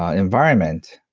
ah environment,